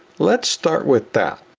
let's start with that.